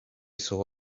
saw